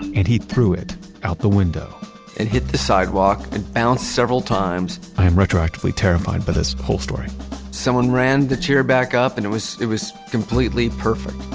and he threw it out the window it hit the sidewalk and bounced, several times i'm retroactively terrified by this whole story someone ran the chair back up. and it was it was completely perfect,